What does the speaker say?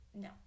No